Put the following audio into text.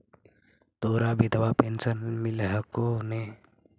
तोहरा विधवा पेन्शन मिलहको ने?